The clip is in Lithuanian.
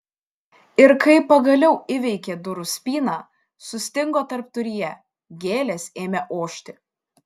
ir kai pagaliau įveikė durų spyną sustingo tarpduryje gėlės ėmė ošti